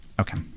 Okay